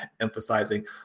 emphasizing